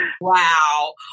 Wow